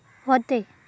व्हते